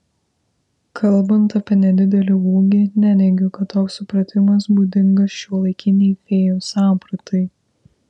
kalbant apie nedidelį ūgį neneigiu kad toks supratimas būdingas šiuolaikinei fėjų sampratai